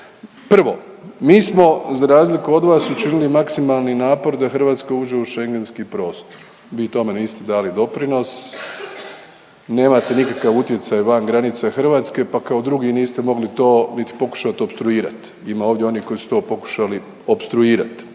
Prvo, mi smo za razliku od vas, učinili maksimalni napor da Hrvatska uđe u Schengenski prostor. Vi tome niste dali doprinos, nemate nikakav utjecaj van granica Hrvatske pa kao drugi niste mogli to niti pokušat opstruirat. Ima ovdje onih koji su to pokušali opstruirat